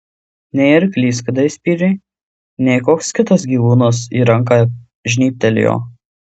nei arklys kada įspyrė nei koks kitas gyvūnas į ranką žnybtelėjo